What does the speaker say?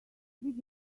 did